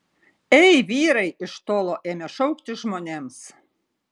ei vyrai iš tolo ėmė šaukti žmonėms